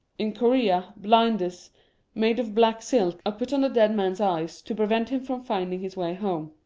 in corea, blinders made of black silk are put on the dead man's eyes, to prevent him from finding his way home.